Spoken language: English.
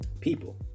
people